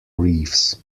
reefs